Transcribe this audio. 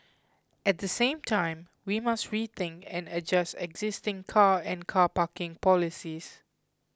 at the same time we must rethink and adjust existing car and car parking policies